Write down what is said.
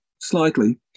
slightly